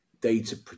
data